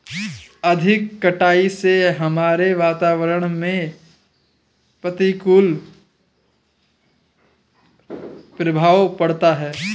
अधिक कटाई से हमारे वातावरण में प्रतिकूल प्रभाव पड़ता है